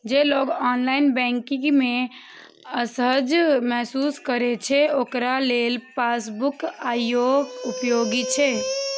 जे लोग online banking मे असहज महसूस करै छै, ओकरा लेल पासबुक आइयो उपयोगी छै